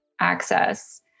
access